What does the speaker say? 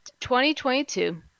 2022